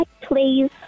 please